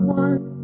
one